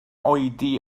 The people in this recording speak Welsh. oedi